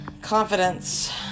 confidence